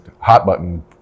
hot-button